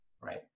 right